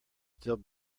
still